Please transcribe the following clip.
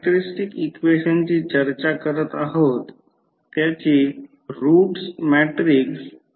जर समजा ट्रान्सफॉर्मर प्रतिबाधा Z असेल तर ZZ B प्रतिबाधा असेल